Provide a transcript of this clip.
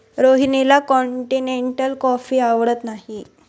रोहिणीला continental coffee आवडत नाही